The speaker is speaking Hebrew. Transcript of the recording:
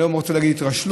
אני לא רוצה להגיד התרשלות,